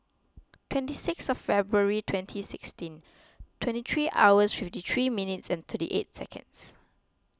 twenty sixth of February twenty sixteen twenty three hours fifty three minutes and thirty eight seconds